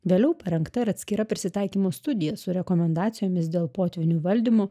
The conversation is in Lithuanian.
vėliau parengta ir atskira prisitaikymo studija su rekomendacijomis dėl potvynių valdymo